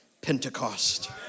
Pentecost